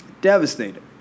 Devastated